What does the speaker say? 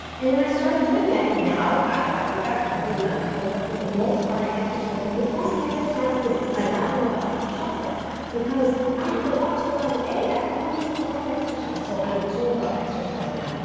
and then i started doing that and now, i've got a boot on my foot, but for the most part, i exercise. but the best exercise is adopting a and dog at the shelter because i have to walk two hours a day. that dog needs a lot of exercise, so i do love exercise now.